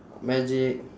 magic